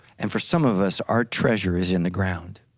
and for some of us, our treasure is in the ground.